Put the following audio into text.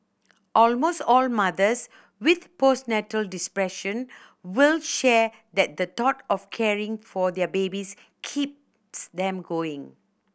almost all mothers with postnatal will share that the thought of caring for their babies keeps them going